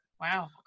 Wow